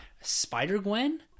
Spider-Gwen